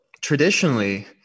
traditionally